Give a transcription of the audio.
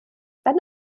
dann